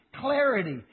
clarity